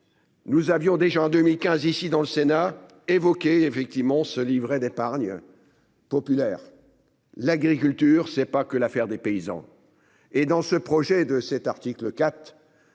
Nous avions déjà en 2015 ici dans le Sénat évoqué effectivement ce livret d'épargne. Populaire. L'agriculture c'est pas que l'affaire des paysans et dans ce projet de cet article 4.